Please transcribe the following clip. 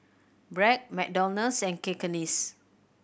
Bragg McDonald's and Cakenis